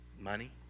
money